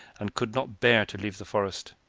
and could not bear to leave the forest.